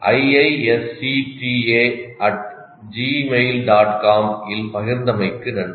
com இல் பகிர்ந்தமைக்கு நன்றி